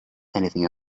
anything